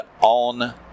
on